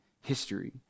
history